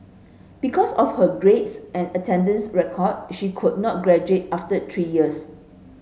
because of her grades and attendance record she could not graduate after three years